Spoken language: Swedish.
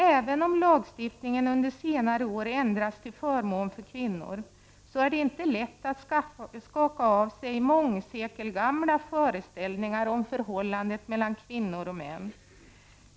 Även om lagstiftningen under senare år ändrats till förmån för kvinnor, är det inte lätt att skaka av sig mångsekelgamla föreställningar om förhållandet mellan kvinnor och män.